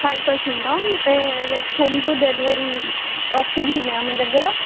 five పర్సెంటా like home to delivery options ఉన్నాయా మీ దగ్గర